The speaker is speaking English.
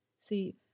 See